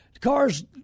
Cars